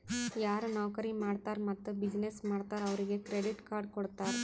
ಯಾರು ನೌಕರಿ ಮಾಡ್ತಾರ್ ಮತ್ತ ಬಿಸಿನ್ನೆಸ್ ಮಾಡ್ತಾರ್ ಅವ್ರಿಗ ಕ್ರೆಡಿಟ್ ಕಾರ್ಡ್ ಕೊಡ್ತಾರ್